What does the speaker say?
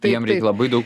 jiem reik labai daug